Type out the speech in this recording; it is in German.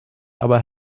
aber